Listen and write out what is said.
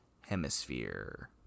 hemisphere